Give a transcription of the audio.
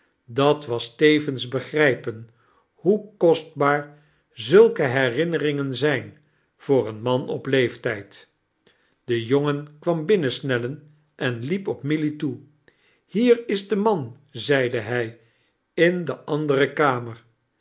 dat was tevens begrijpen hoe kostbaar zulke herinneringen zijn voor een man op leeftijd de jongen kwam binnensnellen en liep op milly toe hier is de man zeide hij in de andere kamer